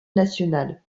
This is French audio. nationale